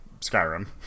Skyrim